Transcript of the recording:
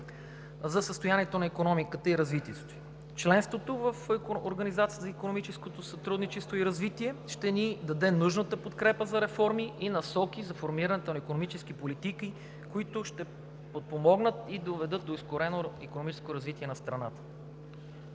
за състоянието на икономиката и развитието ѝ. Членството в Организацията за икономическо сътрудничество и развитие ще ни даде нужната подкрепа за реформи и насоки за формирането на икономически политики, които ще подпомогнат и доведат до ускорено икономическо развитие на страната.